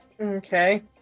Okay